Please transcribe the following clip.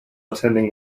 attending